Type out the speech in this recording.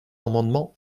amendements